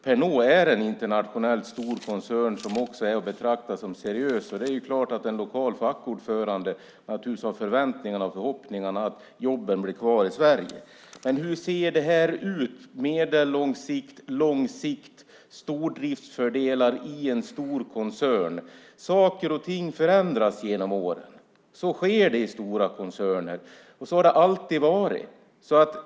Pernod är en internationellt stor koncern som också är att betrakta som seriös, och en lokal fackordförande har naturligtvis förväntningarna och förhoppningarna att jobben blir kvar i Sverige. Men hur ser det här ut på medellång sikt och på lång sikt, med stordriftsfördelar i en stor koncern? Saker och ting förändras genom åren. Så sker i stora koncerner, och så har det alltid varit.